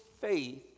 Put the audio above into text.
faith